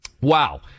Wow